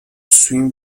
swim